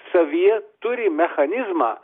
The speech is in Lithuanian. savyje turi mechanizmą